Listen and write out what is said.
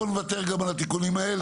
בואו נוותר גם על התיקונים האלה.